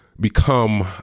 become